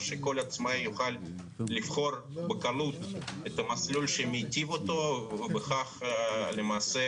שכל עצמאי יוכל לבחור בקלות את המסלול שמיטיב איתו ובכך למעשה